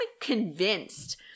convinced